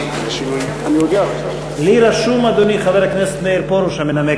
לי רשום, אדוני, חבר הכנסת מאיר פרוש המנמק.